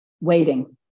waiting